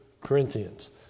Corinthians